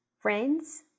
friends